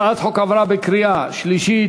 הצעת החוק עברה בקריאה שלישית.